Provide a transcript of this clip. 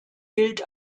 gilt